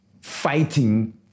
fighting